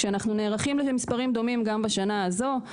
ואנחנו נערכים למספרים דומים גם בשנה הזו.